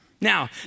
Now